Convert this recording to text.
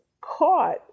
caught